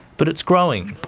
but it's growing.